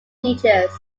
features